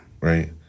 Right